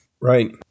Right